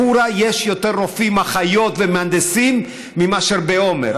בחורה יש יותר רופאים, אחיות ומהנדסים מאשר בעומר.